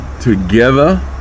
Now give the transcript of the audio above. together